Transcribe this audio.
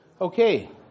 Okay